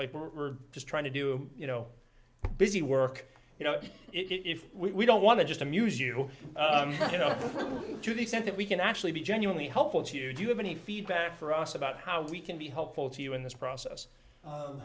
know we're just trying to do you know busy work you know if we don't want to just amuse you you know to the extent that we can actually be genuinely helpful to you do you have any feedback for us about how we can be helpful to you in this process